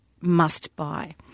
must-buy